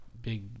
big